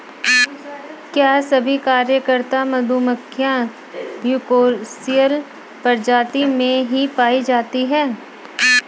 क्या सभी कार्यकर्ता मधुमक्खियां यूकोसियल प्रजाति में ही पाई जाती हैं?